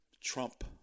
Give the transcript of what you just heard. Trump